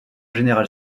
général